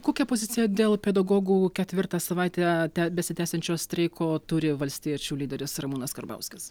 kokia pozicija dėl pedagogų ketvirtą savaitę besitęsiančio streiko turi valstiečių lyderis ramūnas karbauskis